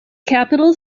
capital